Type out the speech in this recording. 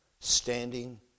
standing